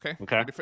Okay